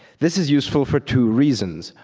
this is useful for two reasons.